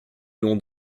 l’on